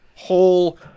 whole